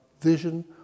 vision